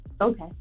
Okay